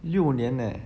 六年 leh